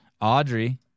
Audrey